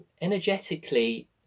energetically